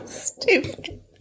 stupid